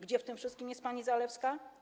Gdzie w tym wszystkim jest pani Zalewska?